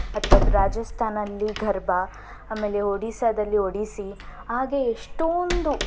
ಅಥವಾ ರಾಜಸ್ಥಾನಲ್ಲಿ ಗರ್ಬಾ ಆಮೇಲೆ ಒಡಿಸ್ಸಾದಲ್ಲಿ ಒಡಿಸ್ಸಿ ಹಾಗೆ ಎಷ್ಟೊಂದು